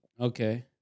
Okay